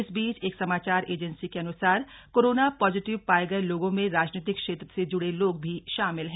इस बीच एक समाचार एजेन्सी के अनुसार कोरोना पाजिटिव पाये गये लोगों में राजनीतिक क्षेत्र से जुड़े लोग भी शामिल है